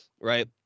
right